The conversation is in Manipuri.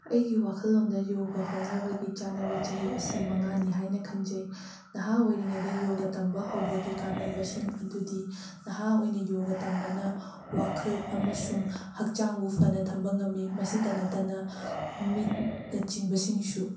ꯑꯩꯒꯤ ꯋꯈꯜꯂꯣꯟꯗ ꯌꯣꯒ ꯍꯧꯅꯕꯒꯤ ꯆꯥꯟꯅꯕ ꯆꯍꯤ ꯑꯁꯤ ꯃꯉꯥꯅꯤ ꯍꯥꯏꯅ ꯈꯟꯖꯩ ꯅꯍꯥ ꯑꯣꯏꯔꯤꯉꯩꯗ ꯌꯣꯒ ꯇꯝꯕ ꯍꯧꯕꯒꯤ ꯀꯥꯟꯅꯕꯁꯤꯡ ꯑꯗꯨꯗꯤ ꯅꯍꯥ ꯑꯣꯏꯅ ꯌꯣꯒ ꯇꯝꯕꯅ ꯋꯥꯈꯜ ꯑꯃꯁꯨꯡ ꯍꯛꯆꯥꯡꯕꯨ ꯐꯅ ꯊꯝꯕ ꯉꯝꯃꯤ ꯃꯁꯤꯇ ꯅꯠꯇꯅ ꯃꯤꯠꯅ ꯆꯤꯡꯕꯁꯤꯡꯁꯨ